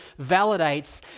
validates